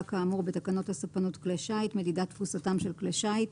כאמור בתקנות הספנות (כלי שיט) (מדידת תפוסתם של כלי שיט),